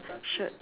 shirt